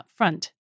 upfront